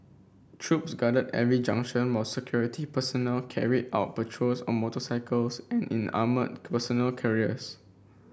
troops guarded every junction while security personnel carried out patrols on motorcycles and in armoured personnel carriers